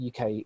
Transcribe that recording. UK